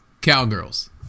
Cowgirls